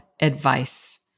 advice